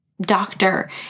doctor